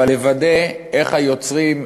אבל לוודא איך היוצרים,